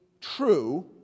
true